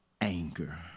anger